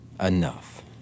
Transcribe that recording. enough